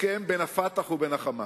הסכם בין ה"פתח" ל"חמאס".